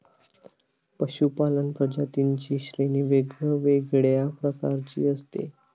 पशूपालन प्रजातींची श्रेणी वेगवेगळ्या प्रकारची असते